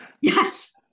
Yes